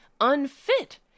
unfit